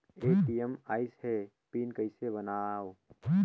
ATM आइस ह PIN कइसे बनाओ?